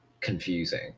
confusing